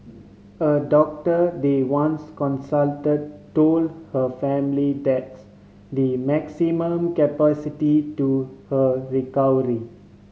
a doctor they once consult told her family that's the maximum capacity to her recovery